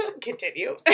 continue